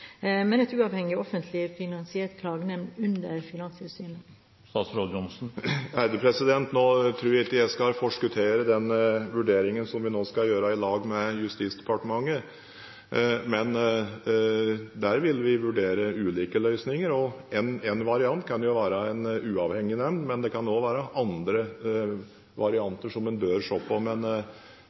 uavhengig, offentlig finansiert klagenemnd under Finanstilsynet? Nå tror jeg ikke at jeg skal forskuttere den vurdering som vi skal gjøre i lag med Justisdepartementet, men der vil vi vurdere ulike løsninger. En variant kan være en uavhengig nemnd, men det kan også være andre varianter som en bør se på.